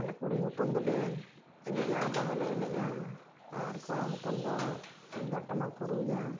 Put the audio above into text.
ᱟᱞᱮ ᱠᱩᱲᱤ ᱦᱚᱯᱚᱱ ᱫᱚᱞᱮ ᱮᱱᱮᱡᱼᱟ ᱵᱟᱦᱟᱞᱮ ᱮᱱᱮᱡᱼᱟ ᱟᱨ ᱠᱚᱲᱟ ᱦᱚᱯᱚᱱ ᱫᱚ ᱛᱩᱢᱫᱟᱜ ᱴᱟᱢᱟᱠ ᱠᱚ ᱨᱩᱭᱟ